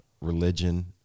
religion